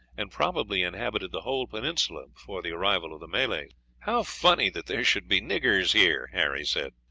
and probably inhabited the whole peninsula before the arrival of the malays how funny that there should be niggers here, harry said.